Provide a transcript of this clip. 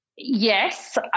Yes